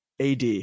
ad